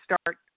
start